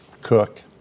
Cook